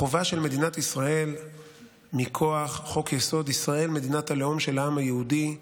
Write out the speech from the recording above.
החובה של מדינת ישראל מכוח חוק-יסוד: ישראל מדינת הלאום של העם היהודי,